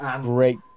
Great